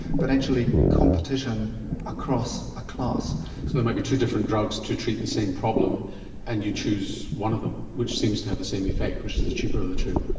but actually competition across a class. so there and might be two different drugs to treat the same problem and you choose one of them which seems to have the same effect, which is the cheaper of the two.